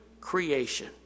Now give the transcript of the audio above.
creation